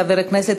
חבר הכנסת